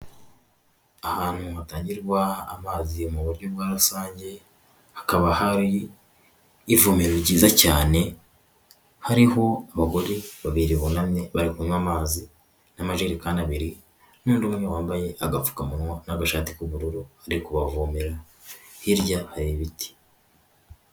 Ahantu hatangirwa amazi mu buryo bwa rusange, hakaba hari ivomewe ryiza cyane, hariho abagore babiri bunamye bari kunywa amazi, n'amajerikani abiri, n'undi umwe wambaye agapfukamunwa n'agashati k'ubururu ari kubavomera hirya hari ibiti.